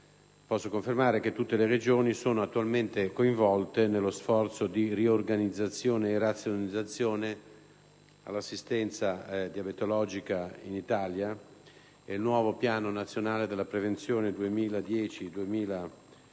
posso confermare che tutte le Regioni sono attualmente coinvolte nello sforzo di riorganizzazione e razionalizzazione dell'assistenza diabetologica in Italia e il nuovo Piano nazionale della prevenzione 2010-2012,